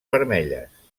vermelles